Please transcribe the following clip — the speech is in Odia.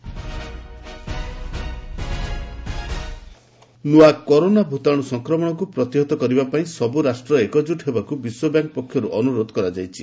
ଡବ୍ୟବି କରୋନା ନୂଆ କରୋନା ଭୂତାଣୁ ସଂକ୍ରମଣକୁ ପ୍ରତିହତ କରିବା ପାଇଁ ସବୁ ରାଷ୍ଟ୍ର ଏକକୁଟ ହେବାକୁ ବିଶ୍ୱ ବ୍ୟାଙ୍କ ପକ୍ଷରୁ ଅନୁରୋଧ କରାଯାଇଛି